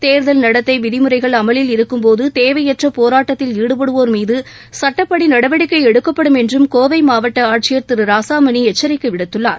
தேர்தல் நடத்தை விதிமுறைகள் அமவில் இருக்கும் போது தேவையற்ற போராட்டத்தில் ஈடுபடுவோர் மீது சுட்டப்படி நடவடிக்கை எடுக்கப்படும் என்றும் கோவை மாவட்ட ஆட்சியர் திரு ராசாமணி எச்சரிக்கை விடுத்துள்ளார்